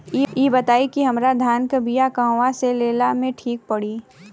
इ बताईं की हमरा धान के बिया कहवा से लेला मे ठीक पड़ी?